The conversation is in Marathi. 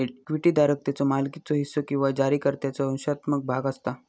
इक्विटी धारक त्याच्यो मालकीचो हिस्सो किंवा जारीकर्त्याचो अंशात्मक भाग असता